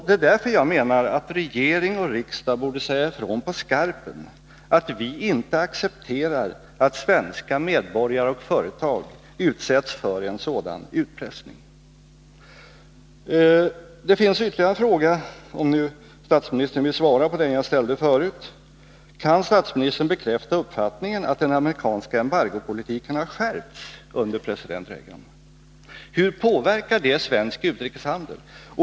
Det är därför jag menar att regering och riksdag borde säga ifrån på skarpen att vi inte accepterar att svenska medborgare och företag utsätts för en sådan utpressning. Jag har ytterligare ett par frågor, om nu statsministern också vill svara på den jag ställde förut: Kan statsministern bekräfta uppfattningen, att den amerikanska embargopolitiken har skärpts under president Reagan? Hur påverkar det svensk utrikeshandel?